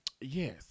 yes